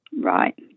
Right